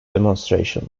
demonstration